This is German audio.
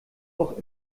auch